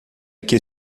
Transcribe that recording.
que